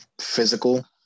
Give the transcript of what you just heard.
physical